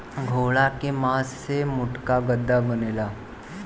घोड़ा के मास से मोटका गद्दा बनेला